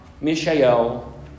Mishael